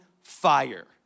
fire